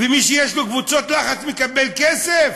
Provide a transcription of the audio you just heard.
ומי שיש לו קבוצות לחץ מקבל כסף